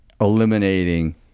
eliminating